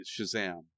Shazam